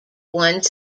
one